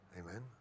Amen